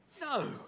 No